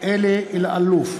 אלי אלאלוף,